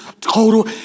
total